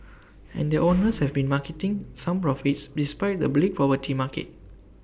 and their owners have been marketing some profits despite the bleak property market